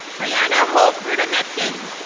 briana hull brita meckins.